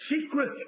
secret